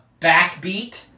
Backbeat